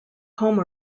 home